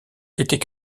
était